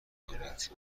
کنید